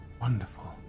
wonderful